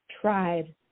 tried